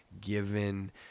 given